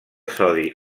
sodi